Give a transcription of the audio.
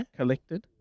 collected